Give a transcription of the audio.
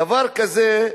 דבר כזה,